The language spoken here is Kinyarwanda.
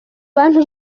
bantu